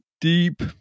deep